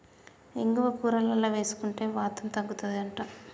ఇంగువ కూరలల్ల వేసుకుంటే వాతం తగ్గుతది అంట